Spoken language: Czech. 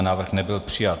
Návrh nebyl přijat.